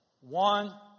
One